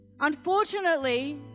Unfortunately